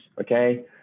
Okay